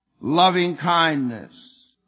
loving-kindness